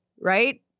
right